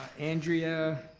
andrea,